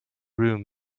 room